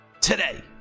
Today